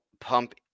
pump